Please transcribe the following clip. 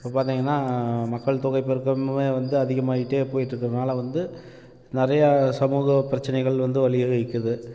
இப்போ பார்த்தீங்கன்னா மக்கள் தொகை பெருக்கமே வந்து அதிகமாகிட்டே போயிட்டிருக்கறனால வந்து நிறையா சமூக பிரச்சனைகள் வந்து வழி வகுக்குது